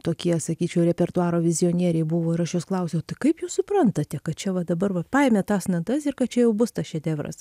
tokie sakyčiau repertuaro vizionieriai buvo ir aš jos klausiu kaip jūs suprantate kad čia va dabar va paimi tas natas ir kad čia jau bus tas šedevras